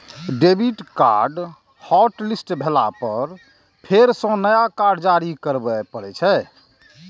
debit card hotlist भेला पर फेर सं नया कार्ड जारी करबे पड़ै छै